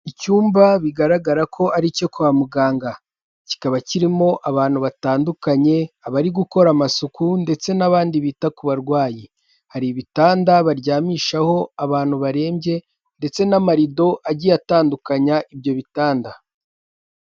Icyumba bigaragara ko ari icyo kwa muganga, kikaba kirimo abantu batandukanye bari gukora amasuku ndetse n'abandi bita ku barwayi. Hari ibitanda baryamishaho abantu barembye, ndetse n'amarido agiye atandukanya ibyo bitanda.